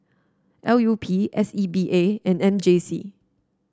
L U P S E A B and M J C